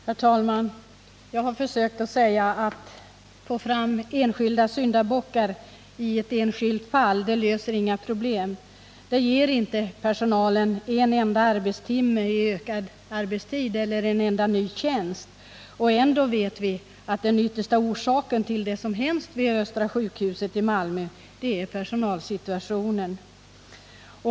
Herr talman! Jag har försökt säga att det löser inga problem om man försöker få fram syndabockar i ett enskilt fall. Det ger inte personalen en enda timme i ökat arbetstidsunderlag eller en enda ny tjänst. Och ändå vet vi att den yttersta orsaken till det som hänt vid Östra sjukhuset i Malmö är personalsituationen.